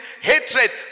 Hatred